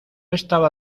estaba